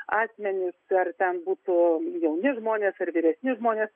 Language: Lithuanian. asmenys ar ten būtų jauni žmonės ir vyresni žmonės